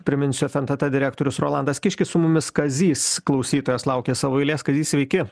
priminsiufntt direktorius rolandas kiškis su mumis kazys klausytojas laukia savo eilės kazį sveiki